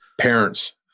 parents